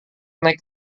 naik